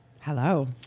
Hello